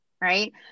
right